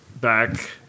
back